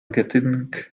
getting